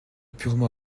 purement